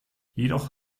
jedoch